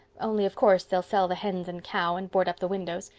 only of course they'll sell the hens and cow, and board up the windows.